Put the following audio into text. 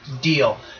deal